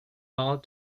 mild